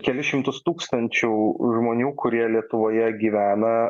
kelis šimtus tūkstančių žmonių kurie lietuvoje gyvena